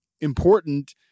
important –